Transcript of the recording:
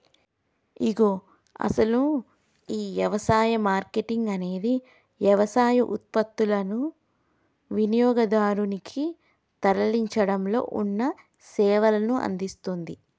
ఇగో అసలు గీ యవసాయ మార్కేటింగ్ అనేది యవసాయ ఉత్పత్తులనుని వినియోగదారునికి తరలించడంలో ఉన్న సేవలను అందిస్తుంది